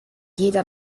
dieta